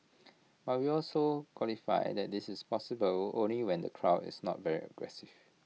but we also qualify that this is possible only when the crowd is not very aggressive